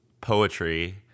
poetry